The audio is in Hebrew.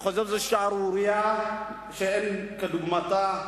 אני חושב שזאת שערורייה שאין כדוגמתה.